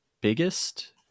biggest